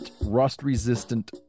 rust-resistant